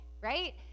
right